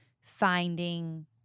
finding